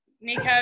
Nico